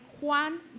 Juan